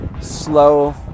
Slow